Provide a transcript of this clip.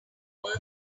work